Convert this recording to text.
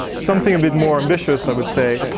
something a bit more ambitious i would say.